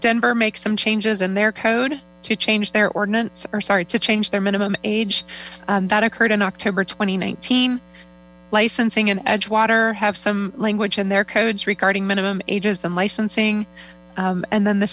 denver make some changes in their code to change their ordinance or start to change their minimum age that occurred on october twenty nineteen licensing edgewater have some language in their codes regarding minimum ages and licensing and then the